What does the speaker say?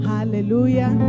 Hallelujah